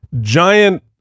giant